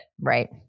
Right